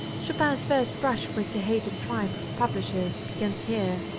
chopin's first brush with the hated tribe of publishers begins here,